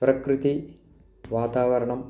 प्रकृतिवातावरणम्